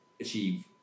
achieve